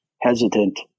hesitant